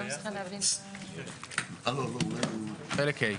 סעיף קטן (ג) (היו"ר חנוך דב מלביצקי,